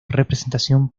representación